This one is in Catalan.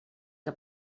que